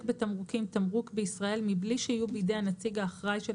בתמרוקים תמרוק בישראל בלי שיהיו בידי הנציג האחראי של